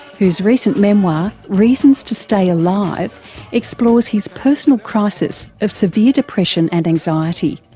whose recent memoir reasons to stay alive explores his personal crisis of severe depression and anxiety,